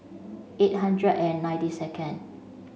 eight hundred and ninety second